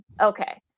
Okay